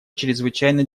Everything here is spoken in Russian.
чрезвычайно